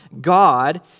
God